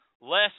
less